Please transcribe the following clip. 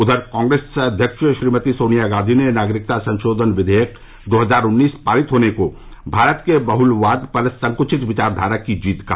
उधर कॉप्रेस अध्यक्ष श्रीमती सोनिया गांधी ने नागरिकता संशोधन विवेयक दो हजार उन्नीस पारित होने को भारत के बहलबाद पर संकृचित विचारधारा की जीत कहा